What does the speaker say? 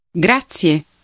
Grazie